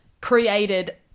created